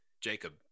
jacob